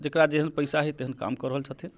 जेकरा जेहेन पैसा है तेहन काम कऽ रहल छथिन